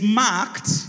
marked